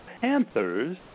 Panthers